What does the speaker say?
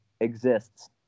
exists